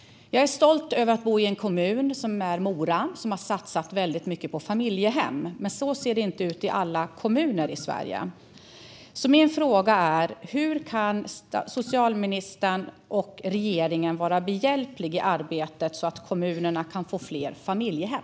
Jag är stolt över att bo i en kommun - Mora - som har satsat mycket på familjehem, men så ser det inte ut i alla kommuner i Sverige. Hur kan socialtjänstministern och regeringen vara behjälpliga i arbetet för att kommunerna ska kunna få fler familjehem?